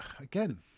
again